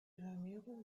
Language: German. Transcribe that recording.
janeiro